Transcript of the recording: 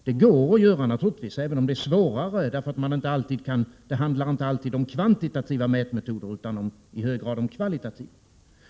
Det går naturligtvis att göra, även om det är svårare; det handlar inte alltid om kvantitativa mätmetoder utan i hög grad om kvalitativa.